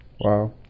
Wow